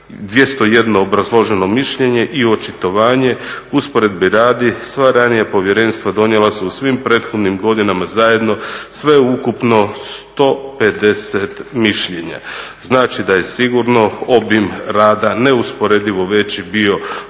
201 obrazloženo mišljenje i očitovanje. Usporedbe radi sva ranija povjerenstva donijela su u svim prethodnim godinama zajedno sveukupno 150 mišljenja. Znači da je sigurno obim rada neusporedivo veći bio prošle od